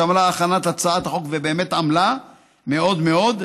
שעבדה על הכנת הצעת החוק ובאמת עמלה מאוד מאוד,